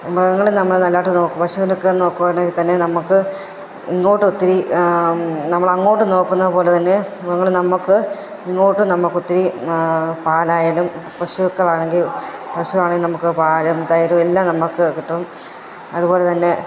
മൃഗങ്ങളിൽ നമ്മൾ നല്ലതായിട്ട് നോക്കുക പശുവിനെയൊക്കെ നോക്കുകയാണെങ്കിൽ തന്നെ നമുക്ക് ഇങ്ങോട്ടും ഒത്തിരി നമ്മൾ അങ്ങോട്ട് നോക്കുന്ന പോലെ തന്നെ മൃഗങ്ങൾ നമുക്ക് ഇങ്ങോട്ടും നമുക്ക് ഒത്തിരി പാലായാലും പശുക്കളാണെങ്കിൽ പശു ആണെങ്കിൽ നമുക്ക് പാലും തൈരും എല്ലാം നമുക്ക് കിട്ടും അതുപോലെ തന്നെ